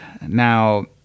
Now